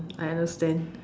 I understand